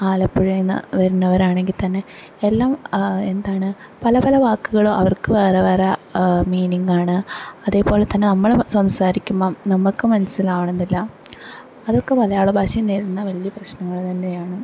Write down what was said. ആലപ്പുഴയിൽ നിന്ന് വരുന്നവരാണെങ്കിൽ തന്നെ എല്ലം എന്താണ് പല പല വാക്കുകളും അവർക്ക് വേറെവേറെ മീനിങ്ങാണ് അതേപോലെതന്നെ നമ്മള് സംസാരിക്കുമ്പം നമുക്ക് മനസ്സിലാവണം എന്നില്ല അതൊക്കെ മലയാള ഭാഷ നേരിടുന്ന വലിയ പ്രശ്നങ്ങള് തന്നെയാണ്